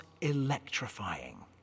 electrifying